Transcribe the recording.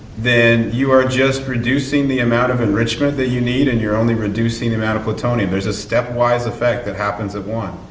then you are just reducing the amount of enrichment that you need. and you're only reducing the amount of plutonium. there's a stepwise effect that happens at one.